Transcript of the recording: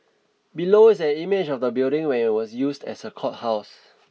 below is an image of the building when it was used as a courthouse